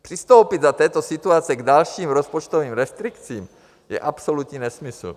Přistoupit za této situace k dalším rozpočtovým restrikcím je absolutní nesmysl.